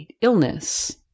illness